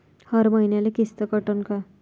हर मईन्याले किस्त कटन का?